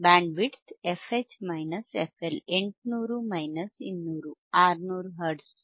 bandwidth fH fL 800 200 600 hertz